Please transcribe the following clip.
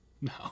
No